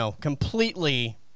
completely